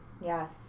Yes